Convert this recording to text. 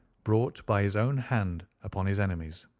brought by his own hand upon his enemies.